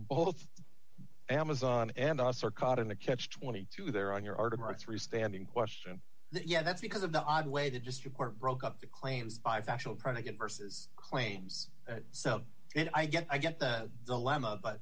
both amazon and us are caught in a catch twenty two there on your art of our three standing question yeah that's because of the odd way to just record broke up the claims i've actually trying to get versus claims so i guess i get the dilemma